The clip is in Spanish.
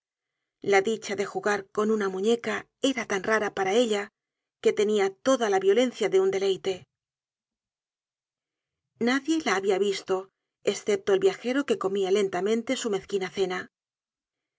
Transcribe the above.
la dicha de jugar con una muñeca era tan rara para ella que tenia toda la violencia de un deleite nadie la habia visto escepto el viajero que comia lentamente su mezquina cena